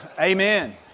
Amen